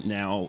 now